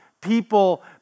people